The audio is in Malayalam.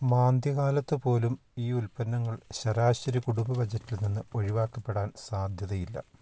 മാന്ദ്യകാലത്ത് പോലും ഈ ഉൽപ്പന്നങ്ങൾ ശരാശരി കുടുംബ ബജറ്റിൽ നിന്ന് ഒഴിവാക്കപ്പെടാൻ സാധ്യതയില്ല